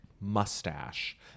mustache